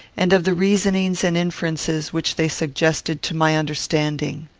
and of the reasonings and inferences which they suggested to my understanding.